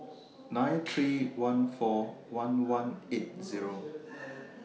nine three one four one one eight Zero